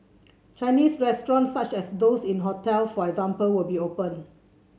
Chinese restaurants such as those in hotel for example will be open